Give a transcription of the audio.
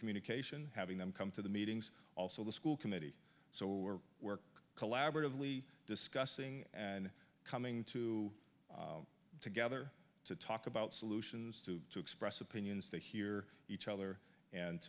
communication having them come to the meetings also the school committee so we're work collaboratively discussing and coming to together to talk about solutions to express opinions to hear each other and